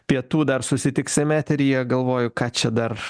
pietų dar susitiksim eteryje galvoju ką čia dar